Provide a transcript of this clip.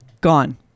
Gone